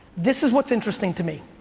this is what's interesting to me.